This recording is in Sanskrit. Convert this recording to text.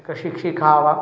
एका शिक्षिका वा